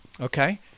Okay